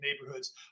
neighborhoods